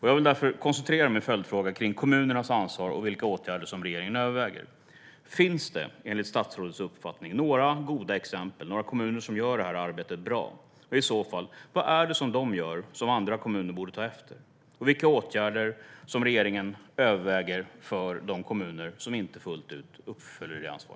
Jag vill därför koncentrera min följdfråga till kommunernas ansvar och vilka åtgärder som regeringen överväger. Finns det, enligt statsrådets uppfattning, några goda exempel på kommuner som gör detta arbete bra? I så fall: Vad är det som dessa kommuner gör och som andra kommuner borde ta efter? Vilka åtgärder överväger regeringen för de kommuner som inte fullt ut tar sitt ansvar?